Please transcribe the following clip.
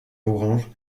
orange